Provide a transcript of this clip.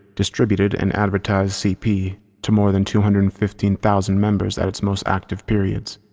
distributed, and advertised cp to more than two hundred and fifteen thousand members at its most active periods.